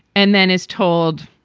and then is told,